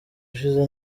ushize